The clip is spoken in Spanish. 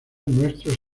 nuestros